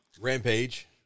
Rampage